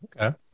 Okay